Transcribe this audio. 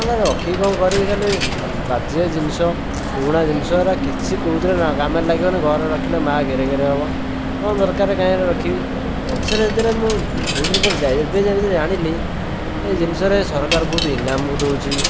ଏଗୁଡ଼ା ରଖିକି କଣ କରିବି ଖାଲି ବାଜେ ଜିନିଷ ପୁରୁଣା ଜିନିଷଗୁରା କିଛି କେଉଁଥିରେ କାମରେ ଲାଗିବନି ଘରେ ରଖିଲେ ମାଁ ଗେରେ ଗେରେ ହେବ କ'ଣ ଦରକାର କାହିଁକି ଏ'ଟା ରଖିବି ପଛରେ ଯେତେବେଳେ ମୁଁ ବହୁତ ଦିନ ପରେ ଜାଣିଲି ଏବେ ଯେତେବେଳେ ଜାଣିଲି ତ ଏହି ଜିନିଷରେ ସରକାର ବହୁତ ଇନାମ ଦେଉଛି